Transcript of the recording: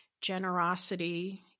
generosity